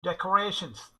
decorations